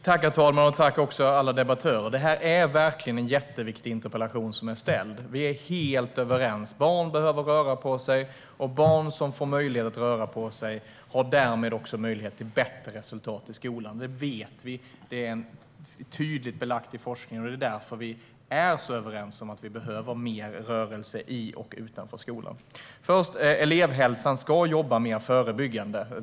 Herr talman! Jag tackar alla debattörer. Det här är en viktig interpellation, och vi är helt överens om att barn behöver röra på sig och att barn som får röra på sig har möjlighet att få bättre resultat i skolan. Detta vet vi eftersom det är tydligt belagt i forskningen, och därför är vi överens om att det behövs mer rörelse i och utanför skolan. Elevhälsan ska jobba mer förebyggande.